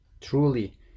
truly